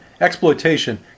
exploitation